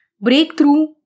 Breakthrough